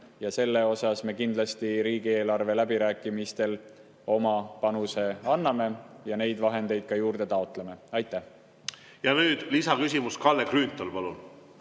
Selles osas me kindlasti riigieelarve läbirääkimistel oma panuse anname ja neid vahendeid juurde taotleme. Nüüd lisaküsimus, Kalle Grünthal, palun!